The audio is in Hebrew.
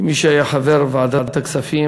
כמי שהיה חבר ועדת הכספים,